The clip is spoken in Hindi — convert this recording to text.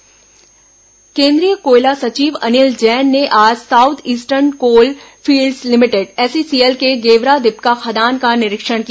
कोयला सचिव दौरा केंद्रीय कोयला सचिव अनिल जैन ने आज south eastern coal fields limited SECL के गेवरा दीपका खदान का निरीक्षण किया